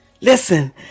Listen